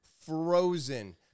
frozen